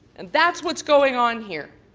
and that's what's going on here.